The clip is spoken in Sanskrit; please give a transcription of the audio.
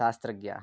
शास्त्रज्ञाः